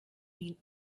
mean